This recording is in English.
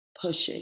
pushing